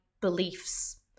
beliefs